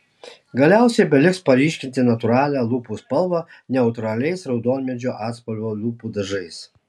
galiausiai beliks paryškinti natūralią lūpų spalvą neutraliais raudonmedžio atspalvio lūpų dažais